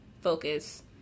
focus